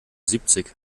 siebzig